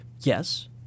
Yes